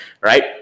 Right